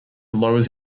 lowers